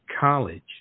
college